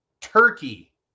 Turkey